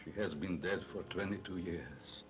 she has been dead for twenty two years